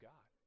God